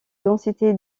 densité